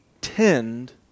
tend